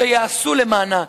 שיעשו למענה,